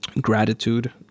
gratitude